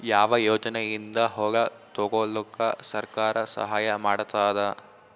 ಯಾವ ಯೋಜನೆಯಿಂದ ಹೊಲ ತೊಗೊಲುಕ ಸರ್ಕಾರ ಸಹಾಯ ಮಾಡತಾದ?